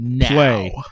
Play